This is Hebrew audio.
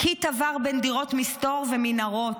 קית' עבר בין דירות מסתור ומנהרות.